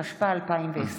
התשפ"א 2020,